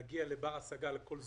לדיור בר-השגה לכל זוג,